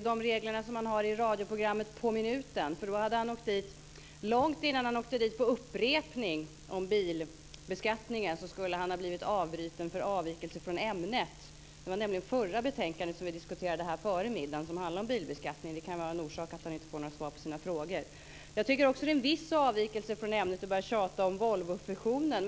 de regler som tillämpas i radioprogrammet På minuten, för i så fall hade han blivit avbruten långt innan han hade avbrutits för upprepning när det gällde bilbeskattningen, nämligen för avvikelse från ämnet. Det var nämligen den debatt som vi förde före middagsuppehållet som handlade om bilbeskattningen. Det kan också vara en orsak till att han inte får några svar på sina frågor. Jag tycker också att det är en viss avvikelse från ämnet att börja tjata om Volvofusionen.